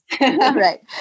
right